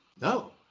No